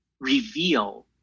reveal